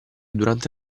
durante